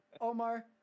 Omar